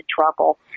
trouble